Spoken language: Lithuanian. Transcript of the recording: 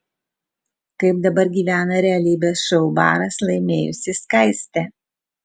kaip dabar gyvena realybės šou baras laimėjusi skaistė